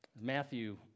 Matthew